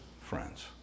friends